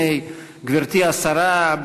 גברתי השרה,